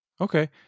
Okay